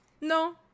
No